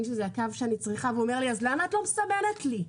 שזה הקו שאני צריכה ואז הנהג אומר לי: אז למה את לא מסמנת לי?